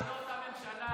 זו לא אותה ממשלה.